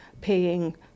paying